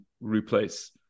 replace